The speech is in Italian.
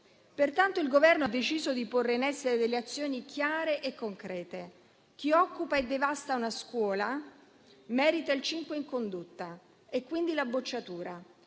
Pertanto, il Governo ha deciso di porre in essere delle azioni chiare e concrete. Chi occupa e devasta una scuola merita il cinque in condotta e quindi la bocciatura.